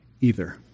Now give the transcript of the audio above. either